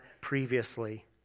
previously